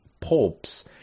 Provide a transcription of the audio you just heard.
pulps